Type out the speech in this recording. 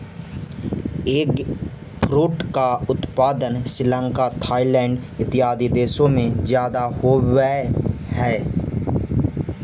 eggfruit का उत्पादन Sri Lanka Thailand इत्यादि देशों में ज्यादा होवअ हई